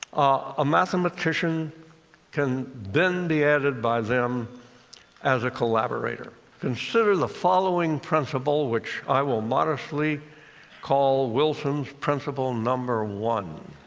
a mathematician can then be added by them as a collaborator. consider the following principle, which i will modestly call wilson's principle number one